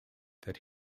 that